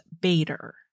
Bader